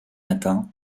matin